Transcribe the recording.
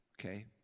okay